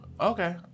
Okay